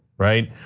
right?